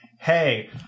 hey